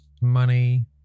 money